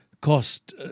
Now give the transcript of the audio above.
Cost